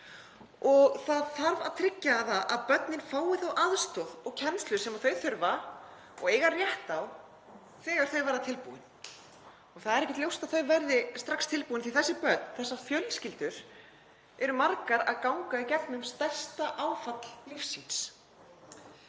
Það þarf að tryggja að börnin fái þá aðstoð og kennslu sem þau þurfa og eiga rétt á þegar þau verða tilbúin. Það er ekkert ljóst að þau verði strax tilbúin því þessi börn, þessar fjölskyldur eru margar að ganga í gegnum stærsta áfall lífs síns.